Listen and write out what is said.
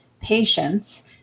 patients